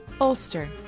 Ulster